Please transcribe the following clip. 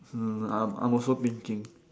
mm I'm I'm also thinking